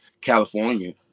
California